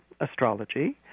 astrology